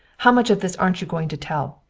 how much of this aren't you going to tell?